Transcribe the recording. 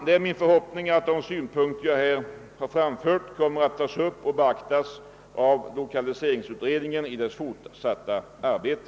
Det är min förhoppning att de synpunkter jag här framfört kommer att beaktas av lokaliseringsutredningen i dess fortsatta arbete.